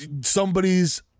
somebody's